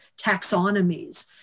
taxonomies